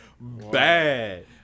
bad